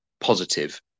positive